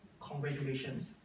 Congratulations